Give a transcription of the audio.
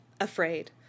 Afraid